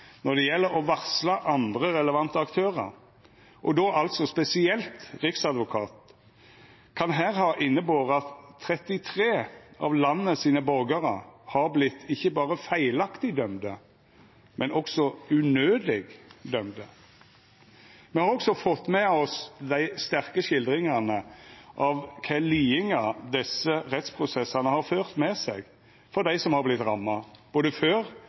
når det gjeld å varsla andre relevante aktørar, og då altså spesielt Riksadvokaten, kan her ha innebore at 33 borgarar i landet har vorte ikkje berre feilaktig dømde, men også unødig dømde. Me har også fått med oss dei sterke skildringane av kva lidingar desse rettsprosessane har ført med seg for dei som har vorte ramma, både før